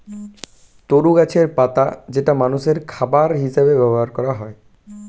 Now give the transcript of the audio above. তরু গাছের পাতা যেটা মানুষের খাবার হিসেবে ব্যবহার করা হয়